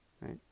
Right